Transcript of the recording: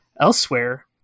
Elsewhere